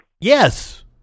Yes